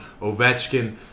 Ovechkin